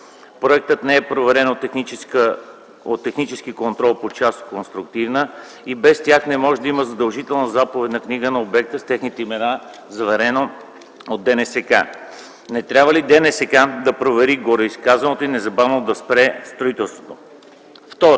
Проектът не е проверен от технически контрол по част „конструктивна” и без тях не може да има задължителна заповед на книга на обекта (с техните имена), заверена от ДНСК. Не трябва ли ДНСК да провери гореизказаното и незабавно да спре строителството? 2.